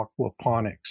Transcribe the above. aquaponics